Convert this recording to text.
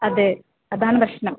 അതെ അത് ആണ് പ്രശ്നം